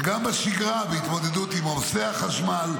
וגם בשגרה בהתמודדות עם עומסי החשמל.